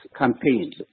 campaigns